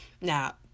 Now